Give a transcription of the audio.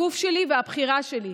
הגוף שלי והבחירה שלי.